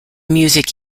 music